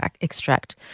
extract